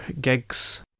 gigs